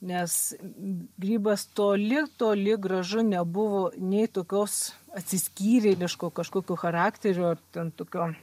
nes grybas toli toli gražu nebuvo nei tokios atsiskyrėliško kažkokio charakterio ar ten tokio